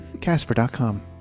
Casper.com